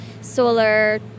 solar